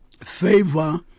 Favor